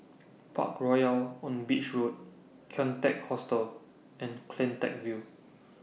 Parkroyal on Beach Road Kian Teck Hostel and CleanTech View